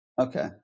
Okay